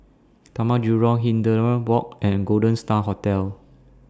Taman Jurong Hindhede Walk and Golden STAR Hotel